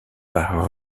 par